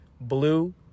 blue